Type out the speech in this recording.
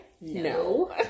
No